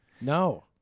No